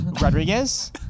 Rodriguez